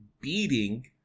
beating